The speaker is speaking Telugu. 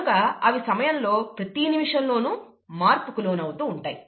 కనుక అవి సమయములో ప్రతి నిమిషంలో మార్పుకు లోనవుతూ వుంటాయి